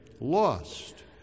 lost